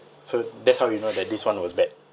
so that's how you know that this one was bad